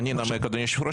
אני אנמק, אדוני היושב ראש.